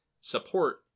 support